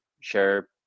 share